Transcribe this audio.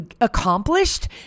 accomplished